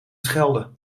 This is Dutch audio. schelden